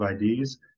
IDs